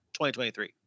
2023